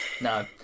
no